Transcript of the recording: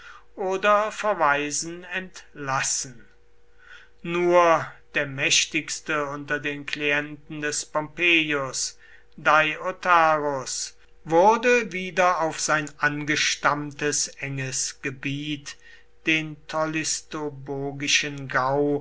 oder verweisen entlassen nur der mächtigste unter den klienten des pompeius deiotarus wurde wieder auf sein angestammtes enges gebiet den tolistobogischen gau